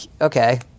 okay